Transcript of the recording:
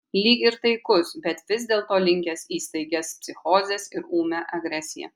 lyg ir taikus bet vis dėlto linkęs į staigias psichozes ir ūmią agresiją